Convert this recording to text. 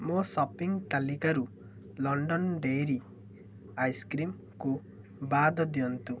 ମୋ ସପିଙ୍ଗ୍ ତାଲିକାରୁ London dairy ଆଇସ୍କ୍ରିମ୍କୁ ବାଦ୍ ଦିଅନ୍ତୁ